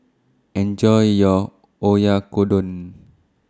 Enjoy your Oyakodon